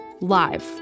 live